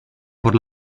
por